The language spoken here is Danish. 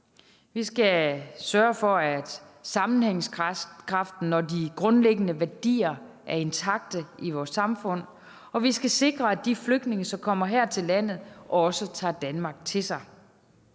Vi skal sørge for, at sammenhængskraften og de grundlæggende værdier er intakte i vores samfund, og vi skal sikre, at de flygtninge, som kommer her til landet, også tager Danmark til sig.